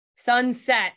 sunset